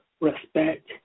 Respect